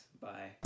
bye